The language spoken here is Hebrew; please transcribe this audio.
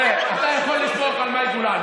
אתה צריך, תראה, אתה יכול לסמוך על מאי גולן.